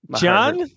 John